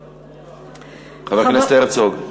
חבר הכנסת הרצוג.